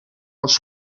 els